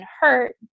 hurt